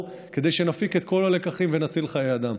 כדי שנפיק את כל הלקחים ונציל חיי אדם.